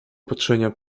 patrzenia